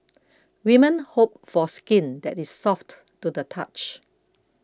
women hope for skin that is soft to the touch